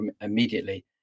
immediately